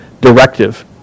directive